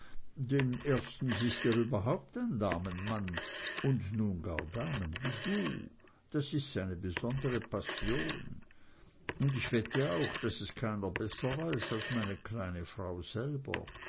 denn erstens ist er überhaupt ein damenmann und nun gar damen wie du das ist seine besondere passion und ich wette auch daß es keiner besser weiß als meine kleine frau selber